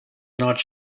not